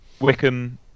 Wickham